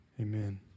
Amen